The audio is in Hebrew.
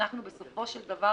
אנחנו בסופו של דבר